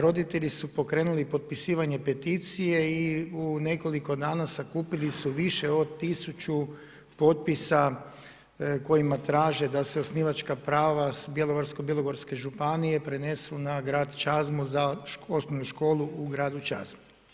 Roditelji su pokrenuli potpisivanje peticije i u nekoliko dana sakupili su više od 1000 potpisa kojima traže da se osnivačka prava s Bjelovarsko-bilogorske županije prenesu na grad Čazmu za osnovnu školu u gradu Čazmi.